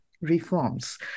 reforms